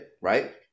right